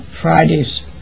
Fridays